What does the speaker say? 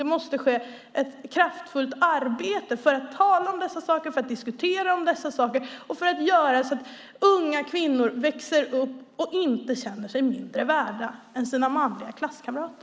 Det måste ske ett kraftfullt arbete när det gäller att tala om dessa saker och diskutera dessa saker för att unga kvinnor ska kunna växa upp utan att känna sig mindre värda än sina manliga klasskamrater.